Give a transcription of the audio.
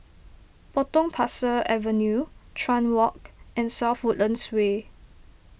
Potong Pasir Avenue Chuan Walk and South Woodlands Way